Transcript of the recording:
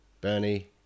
Bernie